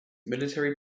military